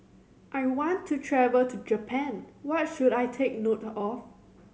I want to travel to Japan what should I take note of